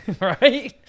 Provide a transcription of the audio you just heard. right